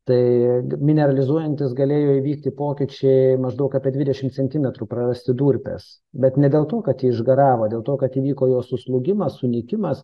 tai mineralizuojantys galėjo įvykti pokyčiai maždaug apie dvidešim centimetrų prarasti durpės bet ne dėl to kad jie išgaravo dėl to kad įvyko jos suslūgimas sunykimas